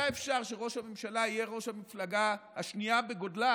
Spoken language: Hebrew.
היה אפשר שראש הממשלה יהיה ראש המפלגה השנייה בגודלה,